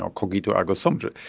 ah cognito, ergo sum',